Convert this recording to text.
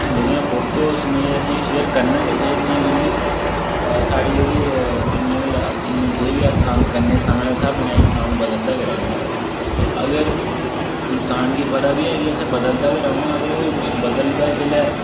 जेह्ड़ियां फोटोस न एह् असें शेयर करना गै चाहिदियां क्योंकि अ साढ़ी जेह्ड़ी जि'न्नियां बी जि'न्ने बी जेह् बी अस कम्म करने समें दे स्हाबे नै इंसान बदलदा गै रौह्ंदा ते अगर इंसान गी पता बी ऐ कि असें बदलदा गै रौह्ना अगर ओह् कुछ बदलदा जेल्लै